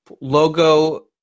logo